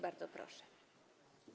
Bardzo proszę.